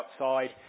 outside